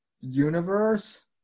universe